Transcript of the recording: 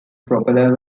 propeller